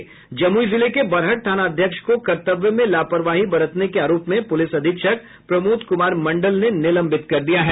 जमुई जिले के बरहट थानाध्यक्ष को कर्तव्य में लापरवाही बरतने के आरोप में पुलिस अधीक्षक प्रमोद कुमार मंडल ने निलंबित कर दिया है